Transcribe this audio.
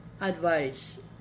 advice